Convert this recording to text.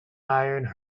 hired